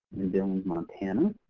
billings, montana.